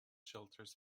shelters